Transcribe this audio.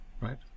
right